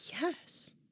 Yes